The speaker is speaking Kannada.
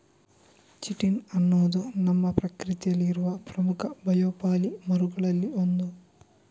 ಚಿಟಿನ್ ಅನ್ನುದು ನಮ್ಮ ಪ್ರಕೃತಿಯಲ್ಲಿ ಇರುವ ಪ್ರಮುಖ ಬಯೋಪಾಲಿಮರುಗಳಲ್ಲಿ ಒಂದು